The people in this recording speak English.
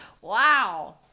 Wow